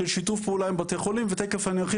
של שיתוף פעולה עם בתי חולים ותיכף אני ארחיב